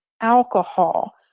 alcohol